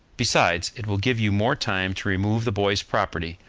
besides, it will give you more time to remove the boy's property,